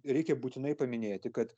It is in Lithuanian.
reikia būtinai paminėti kad